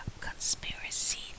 conspiracy